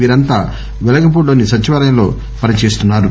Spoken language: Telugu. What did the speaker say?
వీరంతా పెలగపూడిలోని సచివాలయంలో పని చేస్తున్నారు